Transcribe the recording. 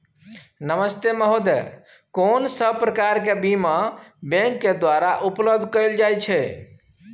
नमस्ते महोदय, कोन सब प्रकार के बीमा बैंक के द्वारा उपलब्ध कैल जाए छै?